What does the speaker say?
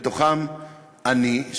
בתוכם אני,